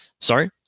sorry